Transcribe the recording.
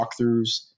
walkthroughs